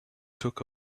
took